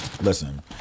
Listen